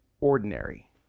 ordinary